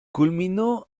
culminó